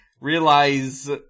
realize